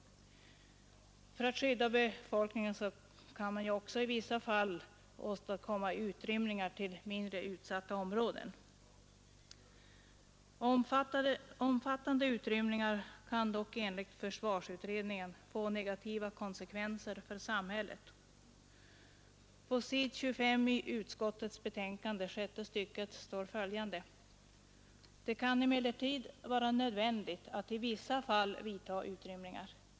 För att skydda befolkningen kan man också i vissa fall genomföra utrymningar till mindre utsatta områden. Omfattande utrymningar kan dock enligt försvarsutredningen få negativa konsekvenser för samhället. I sjätte stycket på s. 25 i utskottets betänkande står följande: ”Det kan emellertid vara nödvändigt att i vissa situationer vidta utrymningar.